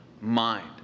mind